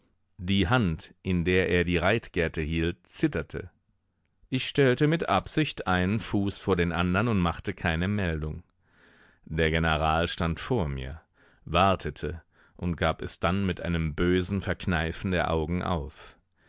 die hand in der er die reitgerte hielt zitterte ich stellte mit absicht einen fuß vor den andern und machte keine meldung der general stand vor mir wartete und gab es dann mit einem bösen verkneifen der augen auf